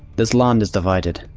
this land is divided,